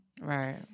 Right